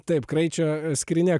taip kraičio skrynia